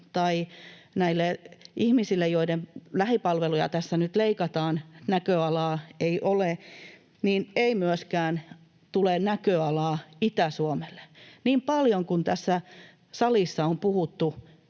tai näillä ihmisillä, joiden lähipalveluja tässä nyt leikataan, ei ole näköalaa, ei myöskään tule näköalaa Itä-Suomelle — niin paljon kuin tässä salissa on puhuttu